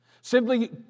simply